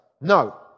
No